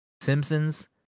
Simpsons